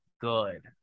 good